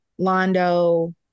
Londo